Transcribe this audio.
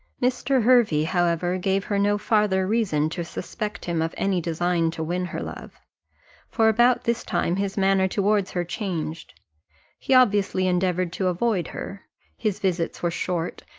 mr. hervey, however, gave her no farther reason to suspect him of any design to win her love for about this time his manner towards her changed he obviously endeavoured to avoid her his visits were short,